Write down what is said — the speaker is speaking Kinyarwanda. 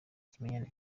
kimenyane